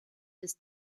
des